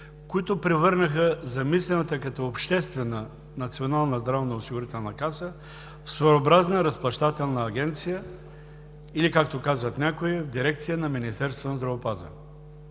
които превърнаха замислената като обществена Национална здравноосигурителна каса в своеобразна разплащателна агенция или както казват някои – в дирекция на Министерство на здравеопазването.